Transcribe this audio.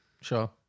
sure